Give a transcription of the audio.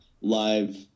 live